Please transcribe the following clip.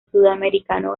sudamericano